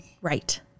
Right